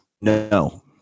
No